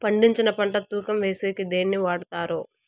పండించిన పంట తూకం వేసేకి దేన్ని వాడతారు?